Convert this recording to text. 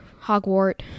hogwart